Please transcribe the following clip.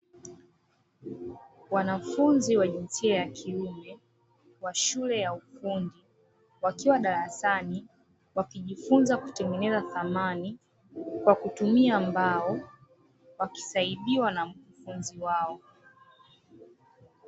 Wanafunzi wa jinsia ya kiume, wa shule ya ufundi, wakiwa darasani wakijifunza kutengeneza samani, kwa kutumia mbao, wakisaidiwa na mkufunzi wao.